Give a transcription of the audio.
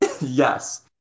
Yes